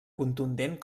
contundent